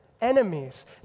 Enemies